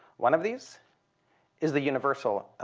one of these is the universal